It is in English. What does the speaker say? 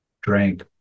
drank